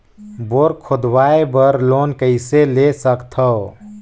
Bore खोदवाय बर loan कइसे ले सकथव?